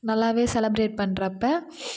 நல்லாவே செலப்ரேட் பண்ணுறப்ப